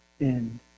end